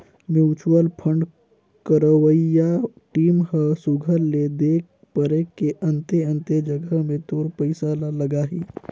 mutual fund करवइया team ह सुग्घर ले देख परेख के अन्ते अन्ते जगहा में तोर पइसा ल लगाहीं